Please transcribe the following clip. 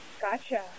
Gotcha